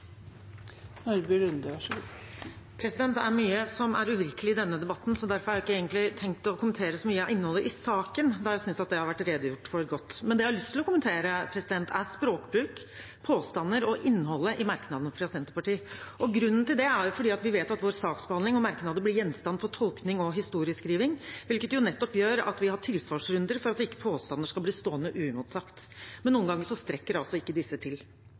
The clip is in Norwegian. uvirkelig i denne debatten, så derfor har jeg egentlig ikke tenkt å kommentere så mye av innholdet i saken, da jeg synes at det har vært godt redegjort for. Men det jeg har lyst til å kommentere, er språkbruk, påstander og innholdet i merknadene fra Senterpartiet. Grunnen til det er at vi vet at vår saksbehandling og merknader blir gjenstand for tolkning og historieskrivning, hvilket jo nettopp gjør at vi har tilsvarsrunder for at ikke påstander skal bli stående uimotsagt. Men noen ganger strekker altså ikke disse til.